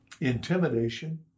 intimidation